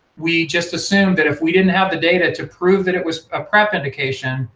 we just assumed that if we didn't have the data to prove that it was a prep medication,